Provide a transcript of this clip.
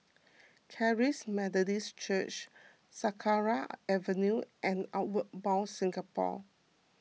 Charis Methodist Church Sakra Avenue and Outward Bound Singapore